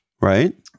right